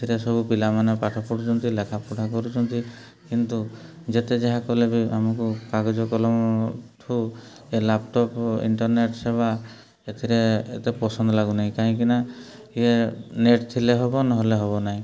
ସେଥିରେ ସବୁ ପିଲାମାନେ ପାଠ ପଢ଼ୁଛନ୍ତି ଲେଖାପଢ଼ା କରୁଛନ୍ତି କିନ୍ତୁ ଯେତେ ଯାହା କଲେ ବି ଆମକୁ କାଗଜ କଲମଠୁ ଇଏ ଲ୍ୟାପଟପ୍ ଇଣ୍ଟର୍ନେଟ୍ ସେବା ଏଥିରେ ଏତେ ପସନ୍ଦ ଲାଗୁନାହିଁ କାହିଁକି ନା ଇଏ ନେଟ୍ ଥିଲେ ହେବ ନହେଲେ ହେବ ନାହିଁ